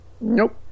Nope